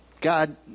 God